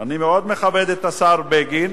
אני מאוד מכבד את השר בגין,